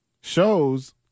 shows